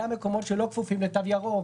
גם מקומות שלא כפופים לתו ירוק,